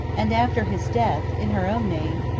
and after his death, in her own name,